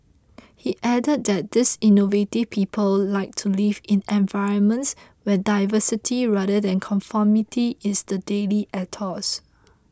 he added that these innovative people like to live in environments where diversity rather than conformity is the daily ethos